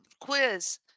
quiz